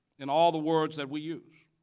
and all the words that we use,